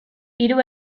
hiru